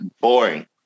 Boring